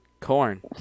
Corn